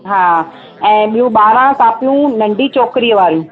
हा ऐं ॿियूं ॿारहं कॉपियूं नंढी चॉकरीअ वारियूं